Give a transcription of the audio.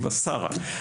עם השרה,